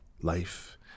life